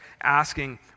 asking